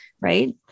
Right